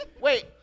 wait